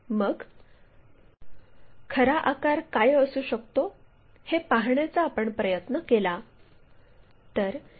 मग खरा आकार काय असू शकतो हे पाहण्याचा आपण प्रयत्न केला